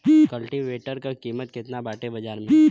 कल्टी वेटर क कीमत केतना बाटे बाजार में?